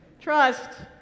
Trust